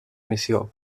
missió